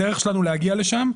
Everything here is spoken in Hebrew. הדרך שלנו להגיע לשם,